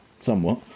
somewhat